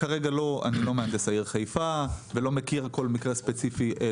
אני לא מהנדס העיר חיפה ולא מכיר כל מקרה לגופו.